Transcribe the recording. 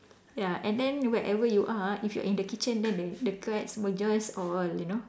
ya and then wherever you are if you're in the kitchen then the the cats will just all you know